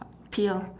pail